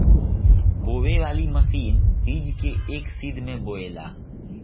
बोवे वाली मशीन बीज के एक सीध में बोवेले